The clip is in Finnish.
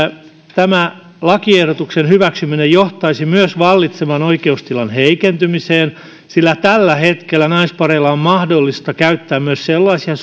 tämän lakiehdotuksen hyväksyminen johtaisi myös vallitsevan oikeustilan heikentymiseen sillä tällä hetkellä naisparien on mahdollista käyttää myös sellaisia